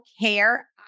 care